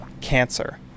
cancer